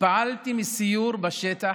התפעלתי מסיור בשטח,